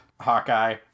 Hawkeye